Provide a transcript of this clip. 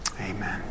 Amen